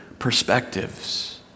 perspectives